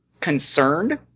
concerned